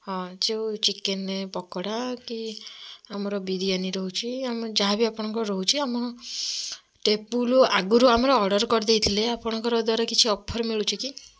ହଁ ଯେଉଁ ଚିକେନ୍ ପକୋଡ଼ା କି ଆମର ବିରିୟାନୀ ରହୁଛି ଆମେ ଯାହାବି ଆପଣଙ୍କର ରହୁଛି ଆମର ଟେବୁଲ୍ ଆଗରୁ ଆମର ଅର୍ଡ଼ର୍ କରିଦେଇଥିଲେ ଆପଣଙ୍କର ଦ୍ଵାରା କିଛି ଅଫର୍ ମିଳୁଛି କି